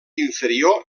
inferior